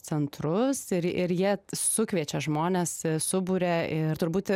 centrus ir ir jie sukviečia žmones suburia ir turbūt